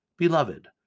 Beloved